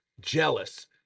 jealous